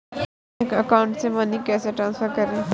अपने bank account से money कैसे ट्रांसफर करें?